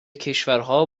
کشورها